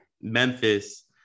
Memphis